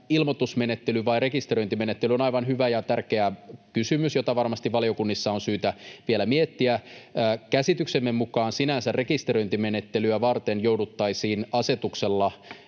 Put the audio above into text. ilmoitusmenettelystä ja rekisteröintimenettelystä on aivan hyvä ja tärkeä kysymys, jota varmasti valiokunnissa on syytä vielä miettiä. Käsityksemme mukaan sinänsä rekisteröintimenettelyä varten jouduttaisiin asetuksella